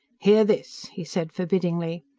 hear this! he said forbiddingly.